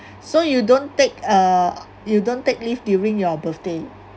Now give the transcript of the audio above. so you don't take uh you don't take leave during your birthday